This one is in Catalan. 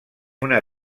una